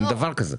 אין דבר כזה.